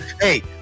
Hey